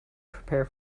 prepare